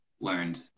learned